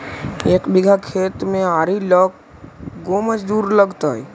एक बिघा खेत में आरि ल के गो मजुर लगतै?